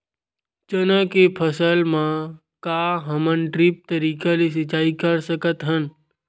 चना के फसल म का हमन ड्रिप तरीका ले सिचाई कर सकत हन?